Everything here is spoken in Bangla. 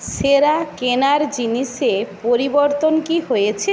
সেরা কেনার জিনিসে পরিবর্তন কি হয়েছে